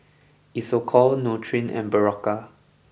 Isocal Nutren and Berocca